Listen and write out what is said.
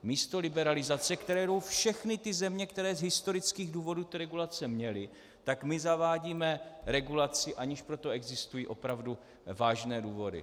Místo liberalizace, kterou jdou všechny země, které z historických důvodů regulace měly, zavádíme regulaci, aniž pro to existují opravdu vážné důvody.